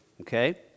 okay